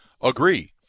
agree